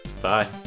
bye